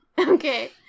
Okay